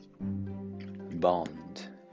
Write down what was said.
Bond